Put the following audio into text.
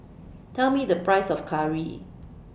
Tell Me The Price of Curry